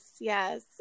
yes